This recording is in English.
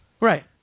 right